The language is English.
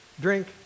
drink